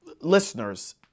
listeners